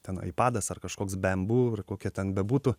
ten aipadas ar kažkoks bembu ar kokia ten bebūtų